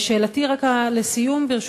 שאלתי רק לסיום, ברשותך.